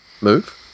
move